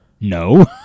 No